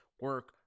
Work